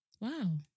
Wow